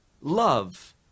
love